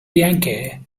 yankee